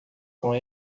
com